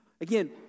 again